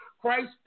Christ